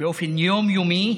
באופן יום-יומי